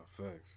thanks